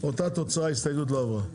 הצבעה בעד 4. נגד 7. לא עברו.